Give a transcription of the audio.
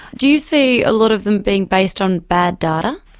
do you see a lot of them being based on bad data?